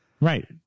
right